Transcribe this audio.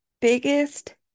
biggest